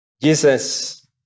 Jesus